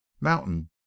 mountain